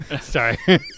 Sorry